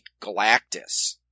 Galactus